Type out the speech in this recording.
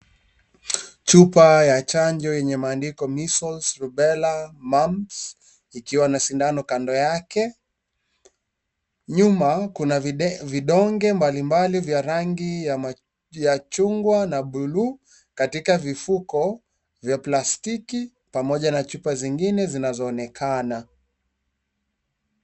Chupa ya chanjo yenye maandiko measles rubella mumps ikiwa na sindano kando yake, nyuma kuna vidonge mbalimbali vya rangi ya chungwa na bluu katika vifuko vya plastiki pamoja na chupa zingine zinazo onekana.